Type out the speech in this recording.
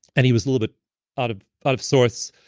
and he was a little bit out of out of sorts,